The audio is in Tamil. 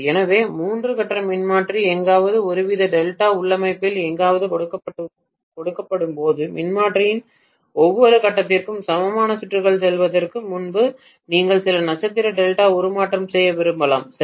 எனவே மூன்று கட்ட மின்மாற்றி எங்காவது ஒருவித டெல்டா உள்ளமைவில் எங்காவது கொடுக்கப்படும்போது மின்மாற்றியின் ஒவ்வொரு கட்டத்திற்கும் சமமான சுற்றுக்குள் செல்வதற்கு முன்பு நீங்கள் சில நட்சத்திர டெல்டா உருமாற்றம் செய்ய விரும்பலாம் சரி